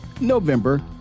November